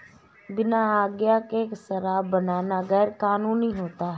बिना आज्ञा के शराब बनाना गैर कानूनी होता है